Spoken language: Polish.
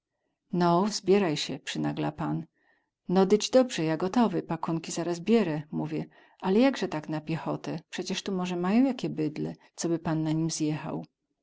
no zbieraj sie przynagla pan no dyć dobrze ja gotowy pakunki zaraz bierę mówię ale jakze tak na piechotę przecie tu moze mają jakie bydlę coby pan na nim zjechał